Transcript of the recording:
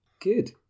Good